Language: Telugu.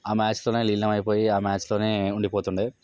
ఆ మ్యాచ్లోనే లీనమైపోయి ఆ మ్యాచ్లోనే ఉండి పోతుండే